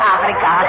Africa